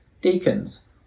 Deacons